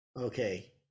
Okay